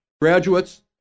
Graduates